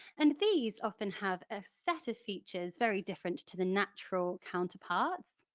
and these often have a set of features very different to the natural counterparts.